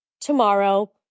tomorrow